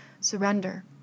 surrender